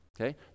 okay